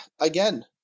again